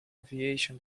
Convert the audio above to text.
aviation